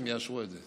הם יאשרו את זה.